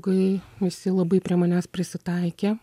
kai visi labai prie manęs prisitaikė